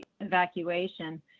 evacuation